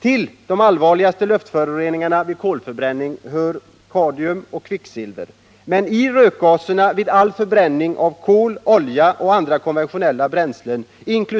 Till de allvarligaste luftföroreningarna vid kolförbränningen hör kadmium och kvicksilver, men i rökgaserna vid all förbränning av kol, olja och andra konventionella bränslen, inkl.